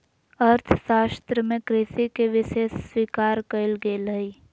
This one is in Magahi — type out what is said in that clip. अर्थशास्त्र में कृषि के विशेष स्वीकार कइल गेल हइ